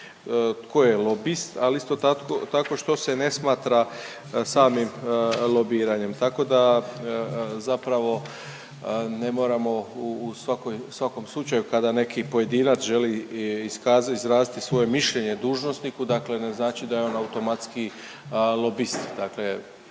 tko je lobist, ali isto tako što se ne smatra samim lobiranjem. Tako da zapravo ne moramo u svakoj, svakom slučaju kada neki pojedinac želi iska… izraziti svoje mišljenje dužnosniku dakle ne znači da je on automatski lobist.